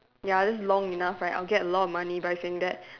ya that's long enough right I'll get a lot of money by saying that